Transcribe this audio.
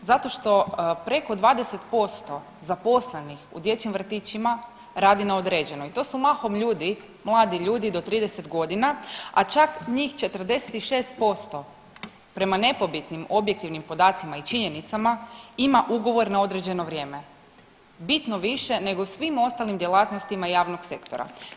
Zato što preko 20% zaposlenih u dječjim vrtićima radi na određeno i to su mahom ljudi, mladi ljudi do 30 godina a čak njih 46% prema nepobitnim, objektivnim podacima i činjenicama ima ugovor na određeno vrijeme bitno više nego u svim ostalim djelatnostima javnog sektora.